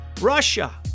Russia